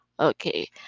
okay